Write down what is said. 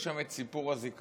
יש שם את סיפור הזיכרון,